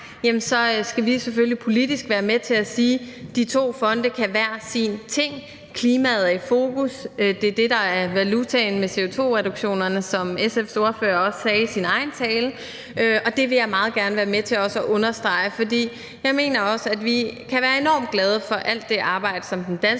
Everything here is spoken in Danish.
skal vi selvfølgelig fra politisk hold være med til at sige, at de to fonde kan hver deres ting. Klimaet er her i fokus – det er det, der er valutaen med CO2-reduktionerne, som SF's ordfører også sagde i sin egen tale, og det vil jeg meget gerne være med til også at understrege. For jeg mener også, at vi kan være enormt glade for alt det arbejde, som Den Danske